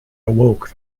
awoke